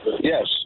Yes